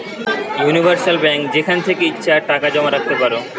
universal bank যেখান থেকে ইচ্ছে টাকা জমা রাখতে পারো